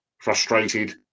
frustrated